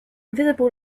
visible